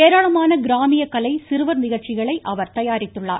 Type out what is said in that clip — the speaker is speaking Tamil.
ஏராளமான கிராமிய கலை சிறுவர் நிகழ்ச்சிகளை அவர் தயாரித்திருக்கிறார்